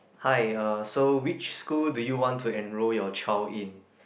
hi uh so which school do you want to enrol your child in